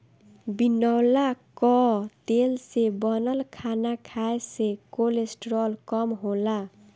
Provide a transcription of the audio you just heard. बिनौला कअ तेल से बनल खाना खाए से कोलेस्ट्राल कम होला